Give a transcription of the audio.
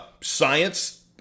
science